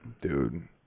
Dude